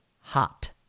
hot